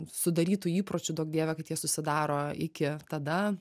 sudarytų įpročių duok dieve kad jie susidaro iki tada